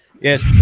Yes